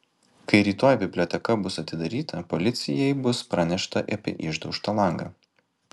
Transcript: kai rytoj biblioteka bus atidaryta policijai bus pranešta apie išdaužtą langą